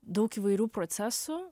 daug įvairių procesų